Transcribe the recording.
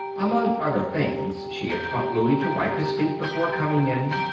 among other things she had taught louie to wipe his feet before coming in,